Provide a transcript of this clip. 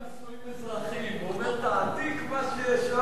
הוא אומר את התקווה שיש שם.